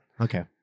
Okay